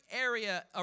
area